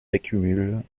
accumule